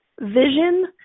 vision